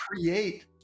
create